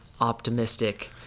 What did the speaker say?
optimistic